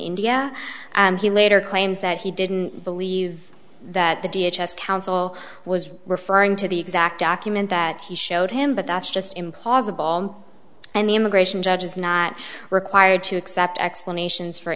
india and he later claims that he didn't believe that the d n a test counsel was referring to the exact document that he showed him but that's just implausible and the immigration judge is not required to accept explanations for